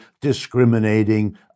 discriminating